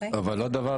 אבל עוד דבר,